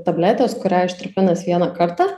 tabletės kurią ištirpinus vieną kartą